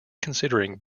considering